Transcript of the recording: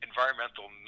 environmental